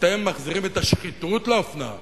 אתם מחזירים את השחיתות לאופנה.